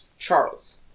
Charles